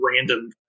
random